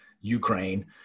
Ukraine